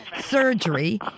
surgery